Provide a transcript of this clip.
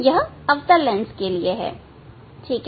यह अवतल लेंस के लिए है